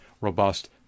robust